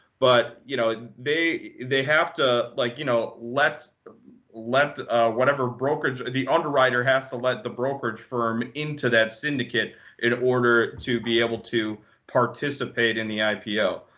but you know they they have to like you know let let whatever brokerage or the underwriter has to let the brokerage firm into that syndicate in order to be able to participate in the ipo.